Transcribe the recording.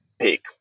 peak